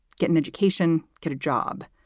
get an education, get a job.